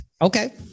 Okay